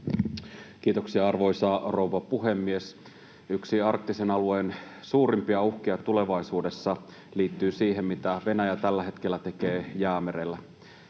Kiitoksia, arvoisa rouva puhemies! Yksi arktisen alueen suurimmista uhkista tulevaisuudessa liittyy siihen, mitä Venäjä tällä hetkellä tekee Jäämerellä.